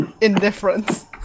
indifference